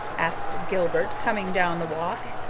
asked gilbert, coming down the walk.